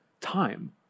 time